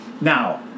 Now